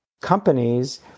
companies